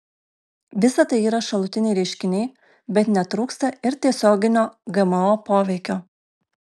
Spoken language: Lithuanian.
visa tai yra šalutiniai reiškiniai bet netrūksta ir tiesioginio gmo poveikio